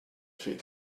feed